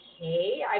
Okay